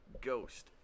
Ghost